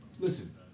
Listen